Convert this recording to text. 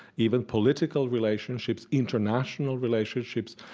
even political relationships, international relationships.